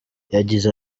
yagize